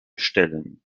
stellen